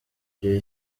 jay